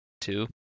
two